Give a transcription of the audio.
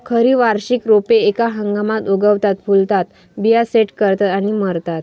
खरी वार्षिक रोपे एका हंगामात उगवतात, फुलतात, बिया सेट करतात आणि मरतात